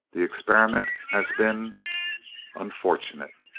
the experiment has been unfortunate.